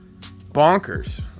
Bonkers